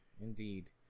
Indeed